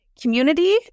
community